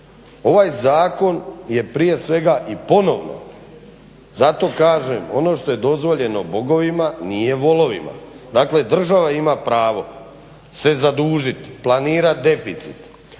Ovaj zakon je prije svega i ponovno zato kažem ono što je dozvoljeno bogovima nije volovima, dakle država ima pravo se zadužiti, planirati deficit,